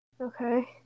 Okay